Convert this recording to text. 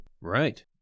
Right